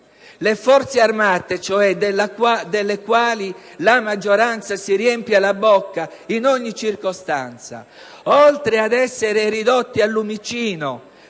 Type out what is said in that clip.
Forze armate delle quali la maggioranza si riempie la bocca in ogni circostanza e che, oltre ad essere ridotte al lumicino